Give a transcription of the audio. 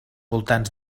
voltants